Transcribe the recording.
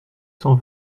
cent